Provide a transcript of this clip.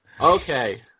okay